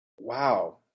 wow